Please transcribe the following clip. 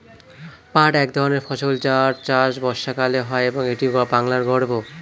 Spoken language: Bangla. পাট এক ধরনের ফসল যার চাষ বর্ষাকালে হয় এবং এটি বাংলার গর্ব